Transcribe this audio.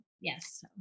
Yes